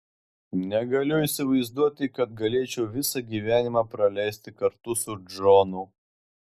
negaliu įsivaizduoti kad galėčiau visą gyvenimą praleisti kartu su džonu